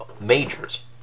majors